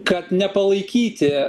kad nepalaikyti